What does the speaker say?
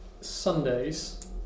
Sundays